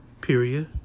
period